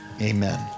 amen